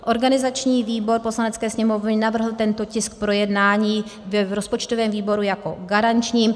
Organizační výbor Poslanecké sněmovny navrhl tento tisk k projednání v rozpočtovém výboru jako garančním.